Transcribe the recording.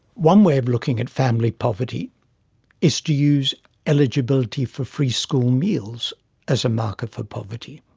one way of looking at family poverty is to use eligibility for free school meals as a marker for poverty.